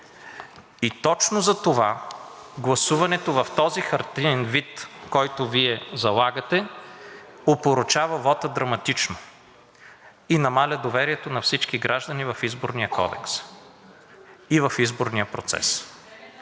Точно затова гласуването в този хартиен вид, който Вие залагате, опорочава вота драматично и намалява доверието на всички граждани в Изборния кодекс и в изборния процес.